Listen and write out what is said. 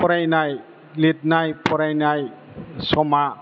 फरायनाय लिरनाय फरायनाय समा